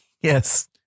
Yes